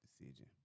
decision